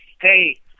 hey